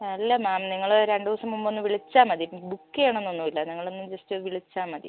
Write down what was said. അല്ല മാം നിങ്ങൾ രണ്ട് ദിവസം മുമ്പ് ഒന്ന് വിളിച്ചാൽ മതി ബുക്ക് ചെയ്യണം എന്നൊന്നും ഇല്ല ഞങ്ങളെ ഒന്ന് ജസ്റ്റ് വിളിച്ചാൽ മതി